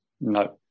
no